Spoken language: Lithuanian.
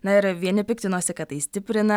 na ir vieni piktinosi kad tai stiprina